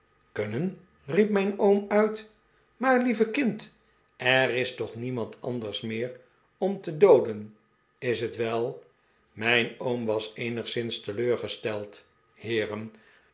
kunnen riep mijn oom uit maar lieve kind er is toch niemand anders meer om te dooden is het wel mijn oom was eenigszins teleurgesteld heeren